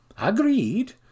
Agreed